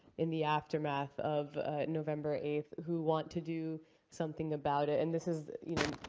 in the aftermath of november eighth, who want to do something about it. and this is, you know,